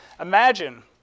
Imagine